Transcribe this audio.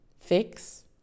fix